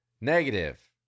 Negative